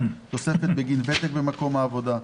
תוספת בגין ותק במקום העבודה,